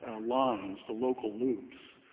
lines, the local loops,